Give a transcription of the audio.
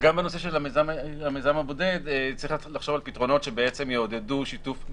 וגם בנושא של המיזם הבודד צריך לחשוב על פתרונות שבעצם לא יחייבו,